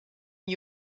new